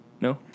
No